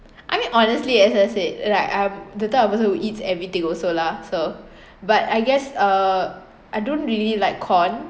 I mean honestly as I said like I'm the type of person who eats everything also lah so but I guess uh I don't really like corn